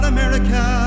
America